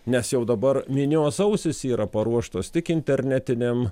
nes jau dabar minios ausys yra paruoštos tik internetinėm